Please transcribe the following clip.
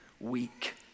weak